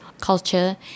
culture